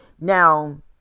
Now